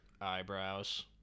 eyebrows